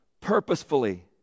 purposefully